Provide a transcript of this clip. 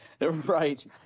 Right